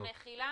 -- אז מחילה,